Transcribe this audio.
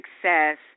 Success